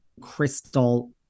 Crystal